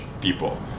people